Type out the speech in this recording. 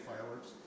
fireworks